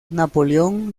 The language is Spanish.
napoleón